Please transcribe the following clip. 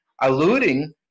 alluding